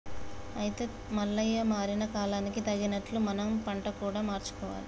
అయితే మల్లయ్య మారిన కాలానికి తగినట్లు మనం పంట కూడా మార్చుకోవాలి